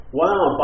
wow